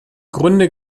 grunde